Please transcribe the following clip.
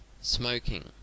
smoking